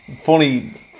funny